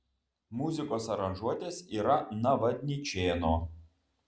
muzikos aranžuotės yra navadničėno